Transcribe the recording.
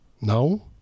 No